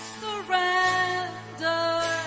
surrender